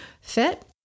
fit